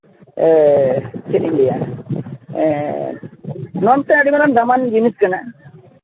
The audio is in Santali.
ᱮ ᱪᱮᱫ ᱤᱧ ᱞᱟᱹᱭᱟ ᱱᱚᱣᱟ ᱢᱤᱫᱴᱮᱱ ᱟᱹᱰᱤ ᱢᱟᱨᱟᱝ ᱫᱟᱢᱟᱱ ᱡᱤᱱᱤᱥ ᱠᱟᱱᱟ